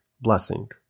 blessing